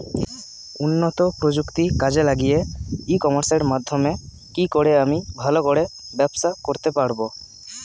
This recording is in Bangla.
উন্নত প্রযুক্তি কাজে লাগিয়ে ই কমার্সের মাধ্যমে কি করে আমি ভালো করে ব্যবসা করতে পারব?